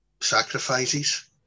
sacrifices